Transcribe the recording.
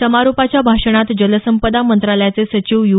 समारोपाच्या भाषणात जलसंपदा मंत्रालयाचे सचिव यू